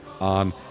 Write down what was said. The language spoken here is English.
on